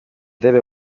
debe